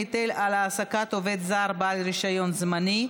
היטל על העסקת עובד זר בעל רישיון זמני),